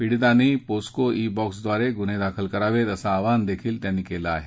पीडीतांनी POCSO e बॉक्सद्वारे गुन्हे दाखल करावेत असं आवाहनही त्यांनी केलं आहे